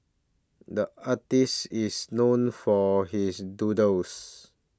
the artist is known for his doodles